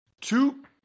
two